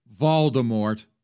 Voldemort